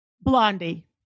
Blondie